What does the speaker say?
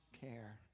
care